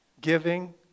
Giving